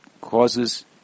causes